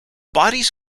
bodies